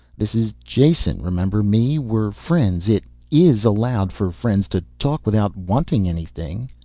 this is jason, remember me? we're friends. it is allowed for friends to talk without wanting anything.